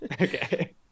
okay